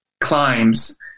climbs